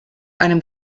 einem